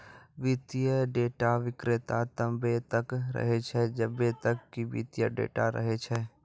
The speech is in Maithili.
वित्तीय डेटा विक्रेता तब्बे तक रहै छै जब्बे तक कि वित्तीय डेटा रहै छै